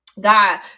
God